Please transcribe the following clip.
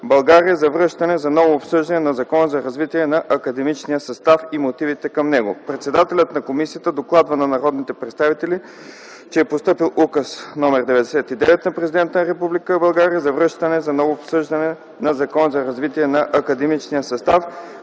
България за връщане за ново обсъждане на Закона за развитието на академичния състав в Република България и мотивите към него. Председателят на комисията докладва на народните представители, че е постъпил Указ № 99 на Президента на Република Българи за връщане за ново обсъждане на Закона за развитието на академичния състав